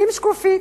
שים שקופית.